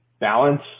balance